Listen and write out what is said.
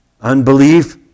Unbelief